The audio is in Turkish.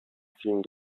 film